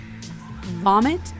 Vomit